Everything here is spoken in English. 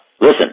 listen